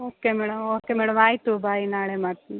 okay madam okay madam ಆಯಿತು bye ನಾಳೆ ಮಾಡ್ತೀನಿ